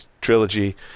trilogy